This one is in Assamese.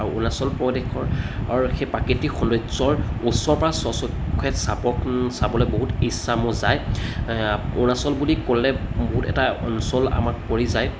আৰু অৰুণাচল প্ৰদেশখনৰ সেই প্ৰাকৃতিক সৌন্দৰ্য্য়ৰ ওচৰৰ পৰা স্বচক্ষে চাব চাবলৈ বহুত ইচ্ছা মোৰ যায় অৰুণাচল বুলি ক'লে বহুত এটা অঞ্চল আমাক পৰি যায়